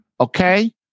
okay